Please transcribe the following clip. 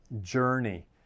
journey